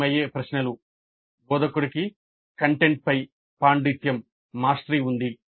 సాధ్యమయ్యే ప్రశ్నలు బోధకుడికి కంటెంట్పై పాండిత్యం ఉంది